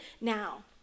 now